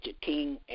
King